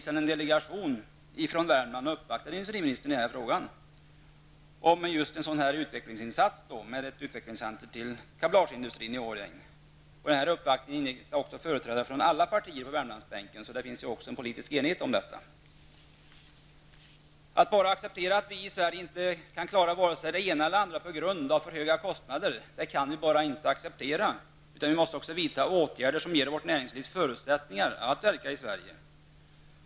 En delegation från Värmland uppvaktade industriministern för en tid sedan om just en sådan utvecklingsinsats med ett utvecklingscentrum för kablageindustrin i Årjäng. I denna delegation ingick företrädare för alla partier på Värmlandsbänken. Det råder alltså politisk enighet om detta. Vi i Sverige kan inte bara acceptera att vi inte klarar vare sig det ena eller det andra på grund av för höga kostnader. Vi måste också vidta åtgärder som ger vårt näringsliv förutsättningar att verka i Sverige.